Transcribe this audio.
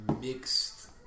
mixed